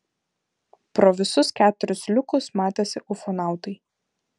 pro visus keturis liukus matėsi ufonautai